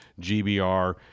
GBR